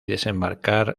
desembarcar